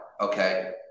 okay